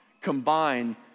combine